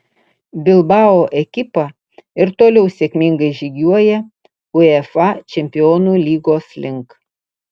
bilbao ekipa ir toliau sėkmingai žygiuoja uefa čempionų lygos link